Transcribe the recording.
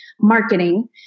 marketing